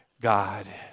God